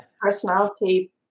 personality